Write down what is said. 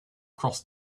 cross